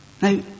Now